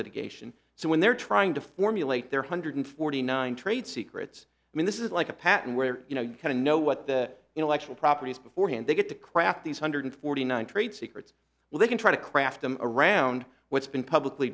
litigation so when they're trying to formulate their hundred forty nine trade secrets i mean this is like a pattern where you know you kind of know what the intellectual property is beforehand they get to craft these hundred forty nine trade secrets well they can try to craft them around what's been publicly